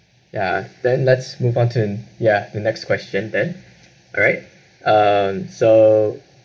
ya then let's move on to ya the next question then alright um so